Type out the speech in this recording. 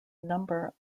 number